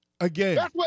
Again